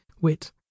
wit